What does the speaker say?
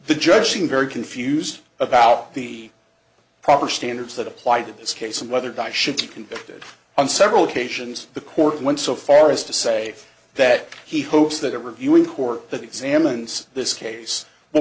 the judge saying very confused about the proper standards that apply to this case and whether di should be convicted on several occasions the court went so far as to say that he hopes that a reviewing court that examines this case will